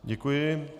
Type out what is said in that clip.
Děkuji.